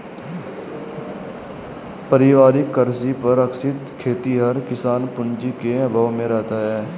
पारिवारिक कृषि पर आश्रित खेतिहर किसान पूँजी के अभाव में रहता है